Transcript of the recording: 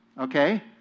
okay